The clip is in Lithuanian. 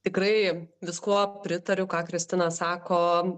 tikrai viskuo pritariu ką kristina sako